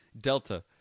Delta